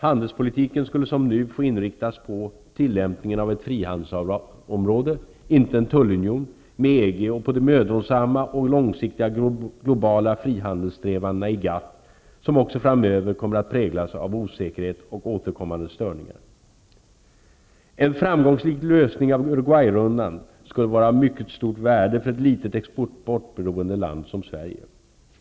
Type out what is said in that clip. Handelspolitiken skulle, som nu, få inriktas på tillämpningen av ett frihandelsavtal -- inte en tullunion -- med EG och på de mödosamma och långsiktiga globala frihandelssträvandena i GATT, som också framöver kommer att präglas av osäkerhet och återkommande störningar. En framgångsrik lösning av Uruguayrundan skulle vara av mycket stort värde för ett litet exportberoende land som Sverige.